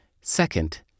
Second